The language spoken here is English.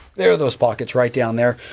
there are those pockets right down there.